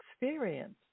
experience